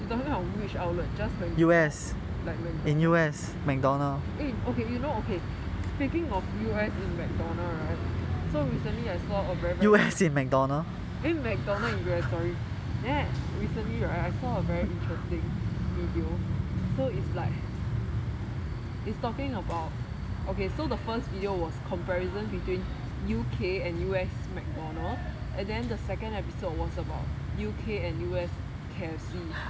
you talking about which outlet just random outlet like mcdonald's eh okay you know okay peaking of U_S in mcdonald right then recently I saw a very interesting video so it's like is talking about okay so the first video was okay so the first video was comparison between U_K and U_S mcdonald and then the second episode was about U_K and U_S K_F_C